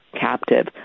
captive